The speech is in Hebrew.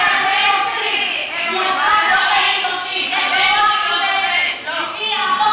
הם כובשים לפי החוק,